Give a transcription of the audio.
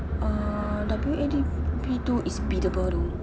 uh W_A_D_P two is biddable though